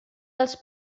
dels